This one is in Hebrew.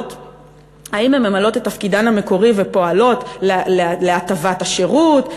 האם הן ממלאות את תפקידן המקורי ופועלות להטבת השירות,